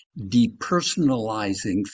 depersonalizing